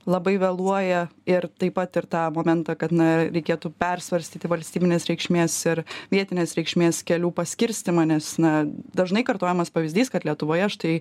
labai vėluoja ir taip pat ir tą momentą kad na reikėtų persvarstyti valstybinės reikšmės ir vietinės reikšmės kelių paskirstymą nes na dažnai kartojamas pavyzdys kad lietuvoje štai